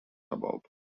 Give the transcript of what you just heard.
suburb